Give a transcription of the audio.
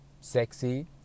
sexy